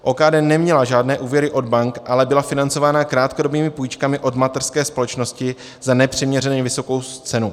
OKD neměla žádné úvěry od bank, ale byla financována krátkodobými půjčkami od mateřské společnosti za nepřiměřeně vysokou cenu.